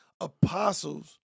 apostles